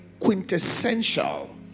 quintessential